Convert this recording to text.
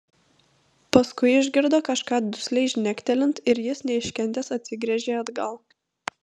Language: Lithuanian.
paskui išgirdo kažką dusliai žnektelint ir jis neiškentęs atsigręžė atgal